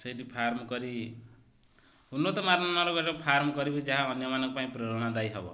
ସେଇଠି ଫାର୍ମ କରି ଗୋଟେ ଫାର୍ମ କରିବି ଯାହା ଅନ୍ୟମାନଙ୍କ ପାଇଁ ପ୍ରେରଣାଦାୟୀ ହବ